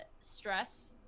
stress